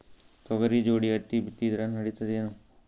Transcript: ತೊಗರಿ ಜೋಡಿ ಹತ್ತಿ ಬಿತ್ತಿದ್ರ ನಡಿತದೇನು?